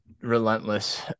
relentless